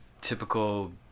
typical